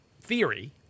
theory